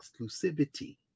exclusivity